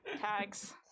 tags